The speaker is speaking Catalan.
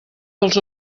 dels